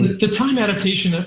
the time adaptation. ah